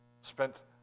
spent